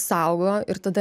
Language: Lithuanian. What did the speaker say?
saugo ir tada